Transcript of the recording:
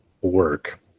work